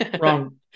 Wrong